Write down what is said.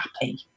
happy